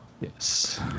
yes